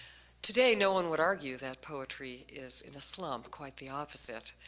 today no one would argue that poetry is in a slump, quite the opposite.